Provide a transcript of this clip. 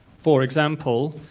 for example,